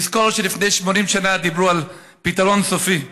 לזכור שלפני 80 שנה דיברו על פתרון סופי,